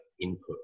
input